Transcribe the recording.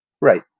Right